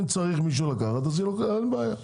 אם צריך לקחת מישהו, אין בעיה.